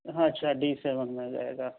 ہاں اچھا D seven میں جائے گا